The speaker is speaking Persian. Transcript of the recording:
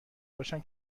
باشن